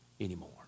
anymore